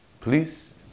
Please